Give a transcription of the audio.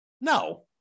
No